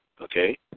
Okay